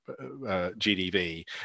GDV